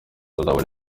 bazabona